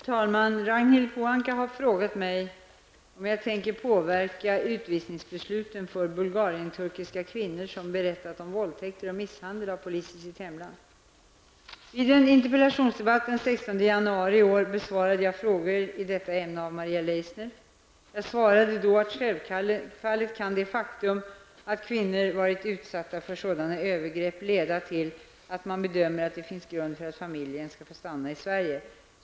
Herr talman! Ragnhild Pohanka har frågat mig om jag tänker påverka utvisningsbesluten för bulgarienturkiska kvinnor som berättat om våldtäkter och misshandel, som utförts av polis i hemlandet. Vid en interpellationsdebatt den 16 januari i år besvarade jag frågor i detta ämne av Maria Leissner. Jag svarade då att det faktum att kvinnor har varit utsatta för sådana övergrepp självfallet kan leda till att man bedömer att det finns grund för att familjen skall få stanna i Sverige.